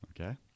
Okay